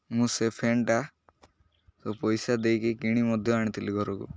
ମୁଁ ସେ ଫ୍ୟାନ୍ଟା ପଇସା ଦେଇକି କିଣି ମଧ୍ୟ ଆଣିଥିଲି ଘରକୁ